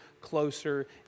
closer